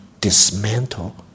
dismantle